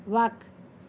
وَق